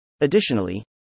Additionally